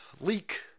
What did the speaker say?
leak